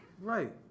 Right